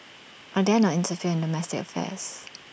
I dare not interfere in the domestic affairs